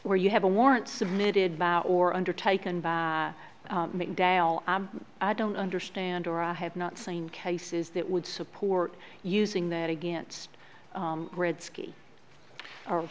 where you have a warrant submitted by or undertaken by dale i don't understand or i have not seen cases that would support using that against red ski or